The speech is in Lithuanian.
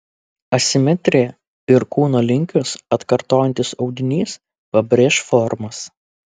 asimetrija ir kūno linkius atkartojantis audinys pabrėš formas